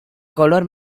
color